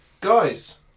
guys